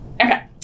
okay